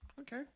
okay